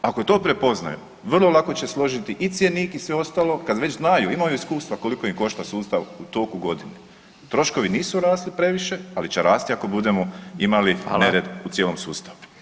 Ako to prepoznaju vrlo lako će složiti i cjenik i sve ostalo kad već znaju, imaju iskustva koliko im košta sustav u toku godine, troškovi nisu rasli previše, ali će rasti ako budemo imali nered u cijelom sustavu.